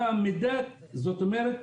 זאת אומרת,